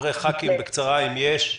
דברי חברי הכנסת, בקצרה, אם יש.